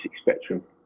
spectrum